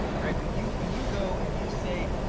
right? when you when you go and you say,